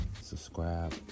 subscribe